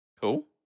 Cool